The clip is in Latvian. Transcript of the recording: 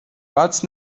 pats